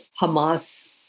Hamas